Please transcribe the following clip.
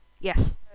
Yes